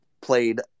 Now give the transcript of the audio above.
played